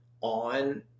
on